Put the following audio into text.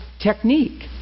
technique